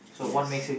yes